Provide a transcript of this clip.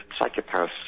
psychopaths